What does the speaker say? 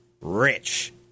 rich